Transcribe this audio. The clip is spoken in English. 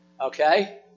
Okay